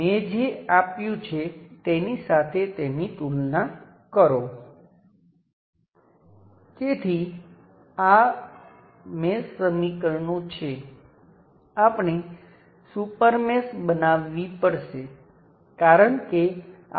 મેં અગાઉની સર્કિટમાં 5 વોલ્ટના સ્ત્રોત સાથે 1 કિલો Ω અને 4 કિલો Ω લીધા છે